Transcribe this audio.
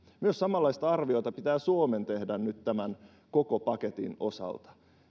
samanlaista arviota pitää myös suomen tehdä nyt tämän koko paketin osalta